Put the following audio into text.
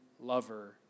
lover